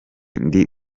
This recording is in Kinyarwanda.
ndi